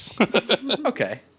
Okay